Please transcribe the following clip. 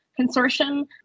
consortium